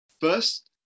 first